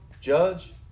judge